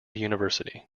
university